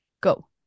Go